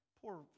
poor